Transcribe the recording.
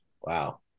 Wow